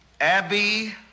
abby